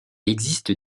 existe